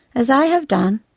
as i have done,